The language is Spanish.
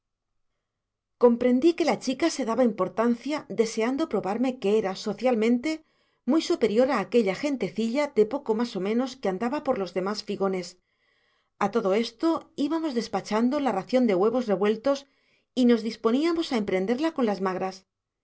comprendí que la chica se daba importancia deseando probarme que era socialmente muy superior a aquella gentecilla de poco más o menos que andaba por los demás figones a todo esto íbamos despachando la ración de huevos revueltos y nos disponíamos a emprenderla con las magras